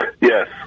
yes